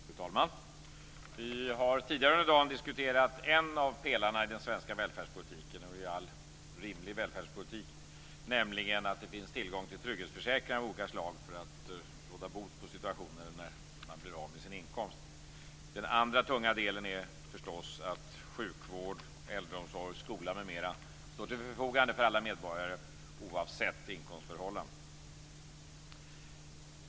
Fru talman! Vi har tidigare under dagen diskuterat en av pelarna i den svenska välfärdspolitiken och i all rimlig välfärdspolitik, nämligen att det finns tillgång till trygghetsförsäkringar av olika slag för att råda bot på situationen när man blir av med sin inkomst. Den andra tunga delen är förstås att sjukvård, äldreomsorg, skola m.m. står till förfogande för alla medborgare, oavsett inkomstförhållanden.